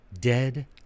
dead